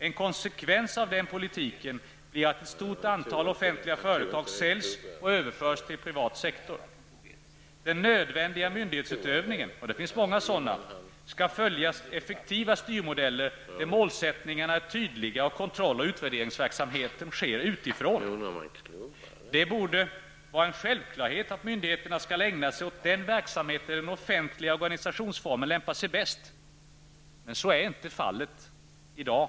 En konsekvens av denna politik blir att ett stort antal offentliga företag säljs och överförs till den privata sektorn. Den nödvändiga myndighetsutövningen -- och det finns många sådana -- skall följa effektiva styrmodeller där målsättningarna är tydliga och där kontroll och utvärderingsverksamheten sker utifrån. Det borde vara en självklarhet att myndigheterna skall ägna sig åt sådan verksamhet som den offentliga organisationsformen lämpar sig bäst för. Så är ju inte fallet i dag.